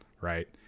Right